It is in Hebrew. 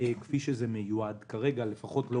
כפי שזה מיועד כרגע, לפחות לא